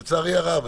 לצערי הרב,